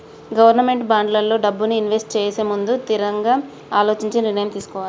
government బాండ్లల్లో డబ్బుని invest చేసేముందు తిరంగా అలోచించి నిర్ణయం తీసుకోవాలే